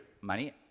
money